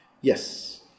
Yes